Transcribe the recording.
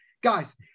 guys